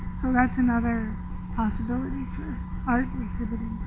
so that's another possibility exhibiting.